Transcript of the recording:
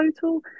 total